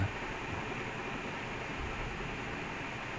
and I I was so angry with they sign a striker